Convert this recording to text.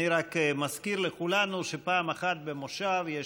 אני רק מזכיר לכולנו שפעם אחת במושב יש